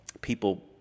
people